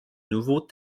nouveau